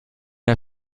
der